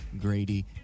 Grady